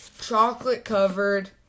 Chocolate-covered